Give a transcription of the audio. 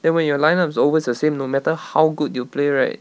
then when your line is always the same no matter how good you play right